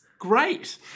Great